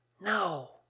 No